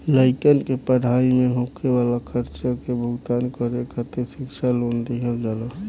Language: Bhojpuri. लइकन के पढ़ाई में होखे वाला खर्चा के भुगतान करे खातिर शिक्षा लोन दिहल जाला